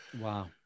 Wow